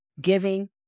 Giving